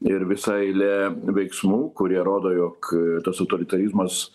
ir visa eilė veiksmų kurie rodo jog tas autoritarizmas